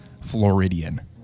Floridian